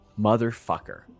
motherfucker